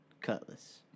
Cutlass